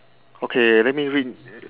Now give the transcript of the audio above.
okay let me read